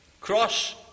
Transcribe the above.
Cross